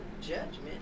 judgment